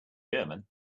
german